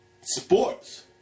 sports